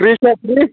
چھا ٹھیٖک